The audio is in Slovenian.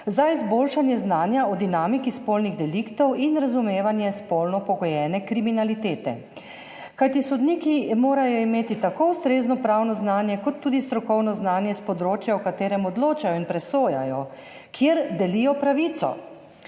za izboljšanje znanja o dinamiki spolnih deliktov in razumevanje spolno pogojene kriminalitete. Kajti sodniki morajo imeti tako ustrezno pravno znanje kot tudi strokovno znanje s področja, o katerem odločajo in presojajo, kjer delijo pravico.